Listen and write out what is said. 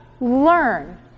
learn